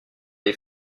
les